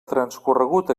transcorregut